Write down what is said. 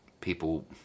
people